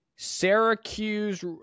Syracuse